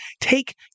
take